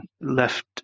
left